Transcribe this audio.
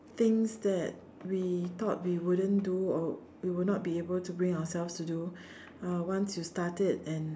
things that we thought we wouldn't do or we would not be able to bring ourselves to do uh once you start it and